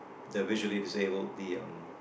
the visually disabled the um